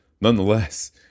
nonetheless